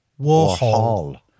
Warhol